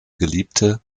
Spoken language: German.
geliebte